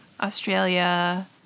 Australia